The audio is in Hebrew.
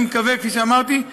אני מקווה, כפי שאמרתי,